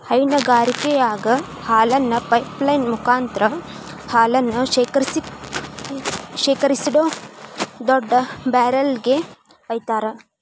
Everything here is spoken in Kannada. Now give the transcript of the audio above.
ಹೈನಗಾರಿಕೆಯಾಗ ಹಾಲನ್ನ ಪೈಪ್ ಲೈನ್ ಮುಕಾಂತ್ರ ಹಾಲನ್ನ ಶೇಖರಿಸಿಡೋ ದೊಡ್ಡ ಬ್ಯಾರೆಲ್ ಗೆ ವೈತಾರ